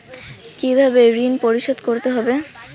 কিভাবে ঋণ পরিশোধ করতে হবে?